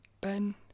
Ben